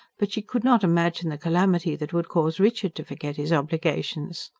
but she could not imagine the calamity that would cause richard to forget his obligations.